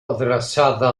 adreçada